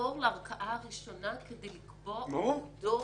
לחזור בחזרה לערכאה הראשונה כדי לקבוע עובדות.